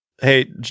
Hey